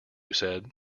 said